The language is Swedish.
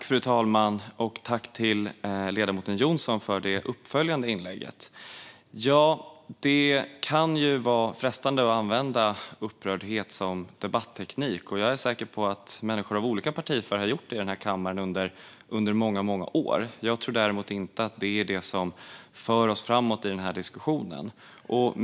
Fru talman! Tack till ledamoten Jonsson för det uppföljande inlägget! Det kan vara frestande att använda upprördhet som debatteknik, och jag är säker på att människor med olika partifärg har gjort det i den här kammaren under många år. Jag tror däremot inte att det är det som för oss framåt i diskussionen.